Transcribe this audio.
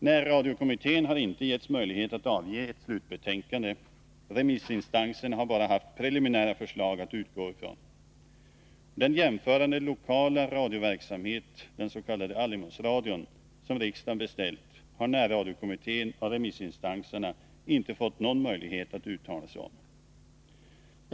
Närradiokommittén har inte getts möjlighet att avge ett slutbetänkande. Remissinstanserna har bara haft preliminära förslag att utgå ifrån. Den jämförande lokala radioverksamhet — den s.k. allemansradion — som riskdagen beställt har närradiokommittén och remissinstanserna inte fått 101 någon möjlighet att uttala sig om.